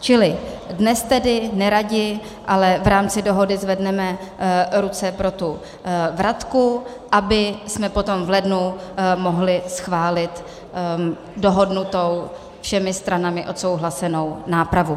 Čili dnes tedy neradi, ale v rámci dohody zvedneme ruce pro tu vratku, abychom potom v lednu mohli schválit dohodnutou, všemi stranami odsouhlasenou nápravu.